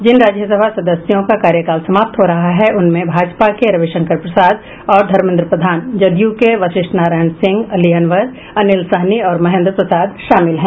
जिन राज्यसभा सदस्यों का कार्यकाल समाप्त हो रहा है उनमें भाजपा के रविशंकर प्रसाद और धर्मेन्द्र प्रधान जदयू के वशिष्ठ नारायण सिंह अली अनवर अनिल सहनी और महेन्द्र प्रसाद शामिल हैं